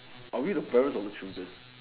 are we the parents of the children